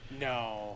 No